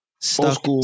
stuck